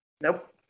Nope